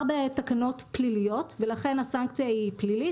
בתקנות פליליות ולכן הסנקציה היא פלילית,